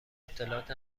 اطلاعات